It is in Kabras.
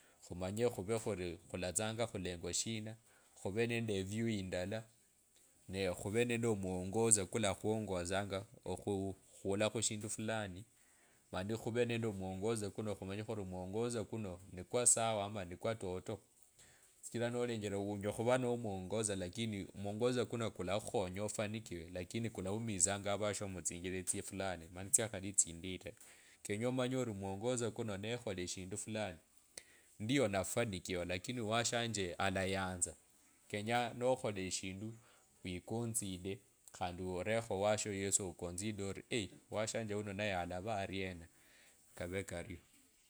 Khumanya khuve khuri khulatsanga khulengo shina, khuvee nende review indala ne khuve naenda omwongoso kulakhwongosanga okhula khushindu fulani mani khuve nende omwongoso kuno khumanye khuri omwongoso kuno ni kwa sawa ama ni kwatoto shichira nolengele onyela khuvaa no mwongoso lakini mwongoso kuno kulakhukhonya ofanikiwe lakini kulaumizanga avasho muinjira fulani mani tsikhali tsindenyi ta, kenye omanye ori omwangoso kuno nekhola eshindu fulani ndiyo nafanikiwa lakini owashanje alayatsa kenya nokhola eshindu wekotside, khandi. Orekho owasho yesi okotside ori washanje uno naye alava ariena kavekario.